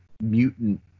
mutant